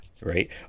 Right